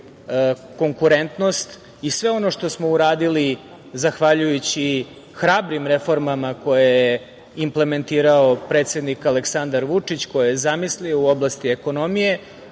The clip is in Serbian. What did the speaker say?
konkurentnost i sve ono što smo uradili zahvaljujući hrabrim reformama, koje je implementirao predsednik Aleksandar Vučić, koje je zamislio u oblasti ekonomije,